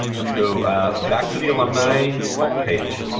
let's go back to the alumni home page.